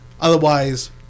Otherwise